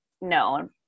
no